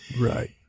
Right